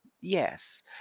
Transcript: Yes